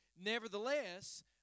nevertheless